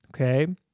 okay